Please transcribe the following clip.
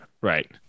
Right